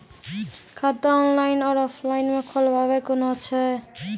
खाता ऑनलाइन और ऑफलाइन म खोलवाय कुन अच्छा छै?